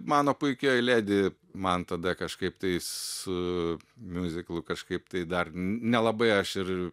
mano puikioji ledi man tada kažkaip tai su miuziklu kažkaip tai dar nelabai aš ir